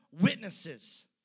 witnesses